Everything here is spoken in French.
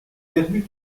perdu